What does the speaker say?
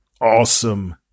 Awesome